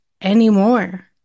anymore